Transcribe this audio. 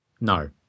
no